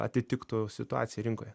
atitiktų situaciją rinkoje